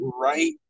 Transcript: right